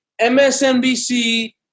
MSNBC